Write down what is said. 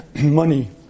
Money